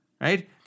right